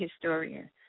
historian